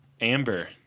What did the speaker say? Amber